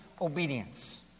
obedience